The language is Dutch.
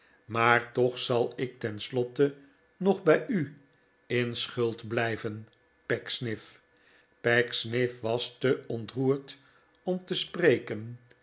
maar toch zal ik tenslotte nog bij u in schuld blijven pecksniff pecksniff was te ontroerd om te spreken